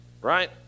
Right